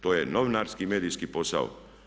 To je novinarski medijski posao.